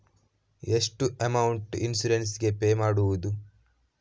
ಎಷ್ಟು amount insurance ಗೇ pay ಮಾಡುವುದು?